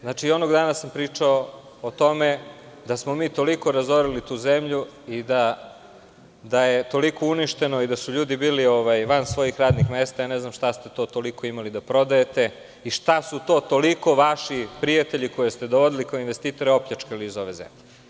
Znači i onog dana sam pričao o tome da smo mi toliko razorili tu zemlju i da je toliko uništeno i da su ljudi bili van svojih radnih mesta, ne znam šta ste to toliko imali da prodajete i šta su to toliko vaši prijatelji koje ste doveli kao investitore opljačkali iz ove zemlje?